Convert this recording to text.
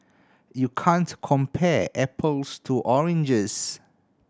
you can't compare apples to oranges